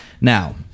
now